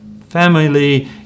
Family